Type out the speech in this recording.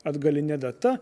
atgaline data